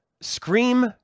Scream